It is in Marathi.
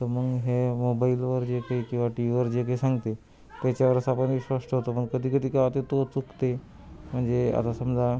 तर मग हे मोबाईलवर जे काही किंवा टी वीवर जे काही सांगते त्याच्यावरच आपण विश्वास ठेवतो मग कधी कधी काय होते तो चुकते म्हणजे आता समजा